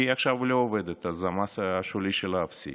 כי היא עכשיו לא עובדת אז המס השולי שלה אפסי